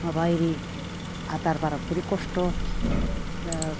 माबा ओरै आदार होनायावबो खस्थ'